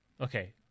Okay